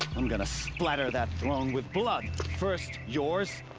i'm gonna splatter that throne with blood! first, yours.